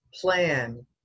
plan